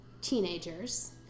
teenagers